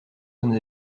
sommes